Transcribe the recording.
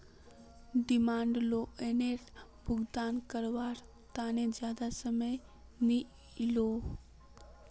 demand लोअनेर भुगतान कारवार तने ज्यादा समय नि इलोह